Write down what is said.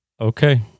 Okay